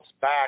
back